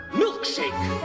milkshake